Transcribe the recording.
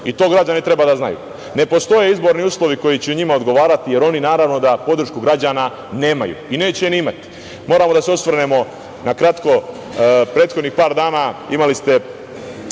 i to građani treba da znaju. Ne postoje izborni uslovi koji će njima odgovarati, jer oni naravno da podršku građana nemaju i neće je ni imati. Moramo da se osvrnemo na kratko, prethodnih par dana imali ste